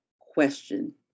question